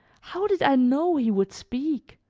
how did i know he would speak?